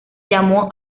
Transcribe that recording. llamó